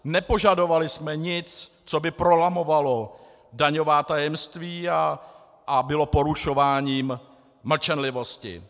Nepožadovali jsme nic, co by prolamovalo daňová tajemství a bylo porušováním mlčenlivosti.